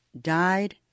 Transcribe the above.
died